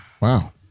Wow